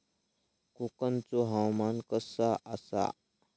कोकनचो हवामान कसा आसा?